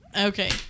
okay